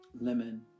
lemon